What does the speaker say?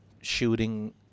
shooting